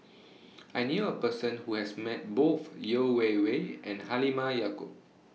I knew A Person Who has Met Both Yeo Wei Wei and Halimah Yacob